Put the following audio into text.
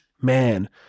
man